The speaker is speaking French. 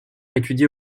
étudier